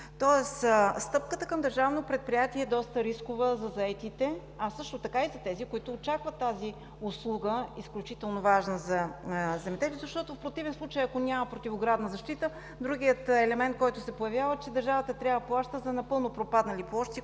Тоест стъпката към държавно предприятие е доста рискова за заетите, а също така и за тези, които очакват тази услуга – изключително важна за земеделието. Защото в противен случай, ако няма противоградна защита, другият елемент, който се появява, е, че държавата трябва да плаща за напълно пропаднали площи,